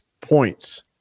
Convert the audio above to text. points